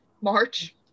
March